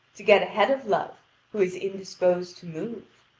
to get ahead of love who is indisposed to move.